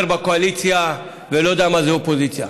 בקואליציה ולא יודע מה זה אופוזיציה,